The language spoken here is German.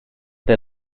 der